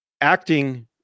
acting